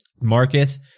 marcus